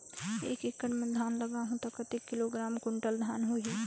एक एकड़ मां धान लगाहु ता कतेक किलोग्राम कुंटल धान होही?